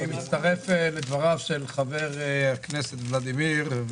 אני מצטרף לדבריו של חבר הכנסת ולדימיר,